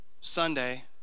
Sunday